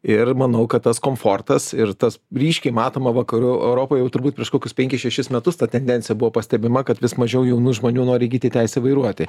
ir manau kad tas komfortas ir tas ryškiai matoma vakarų europoj jau turbūt prieš kokius penkis šešis metus ta tendencija buvo pastebima kad vis mažiau jaunų žmonių nori įgyti teisę vairuoti